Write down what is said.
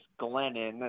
Glennon